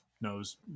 knows